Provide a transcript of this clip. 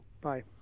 Bye